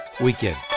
Weekend